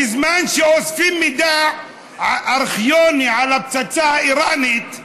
בזמן שאוספים מידע ארכיוני על הפצצה האיראנית,